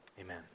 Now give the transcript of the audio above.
amen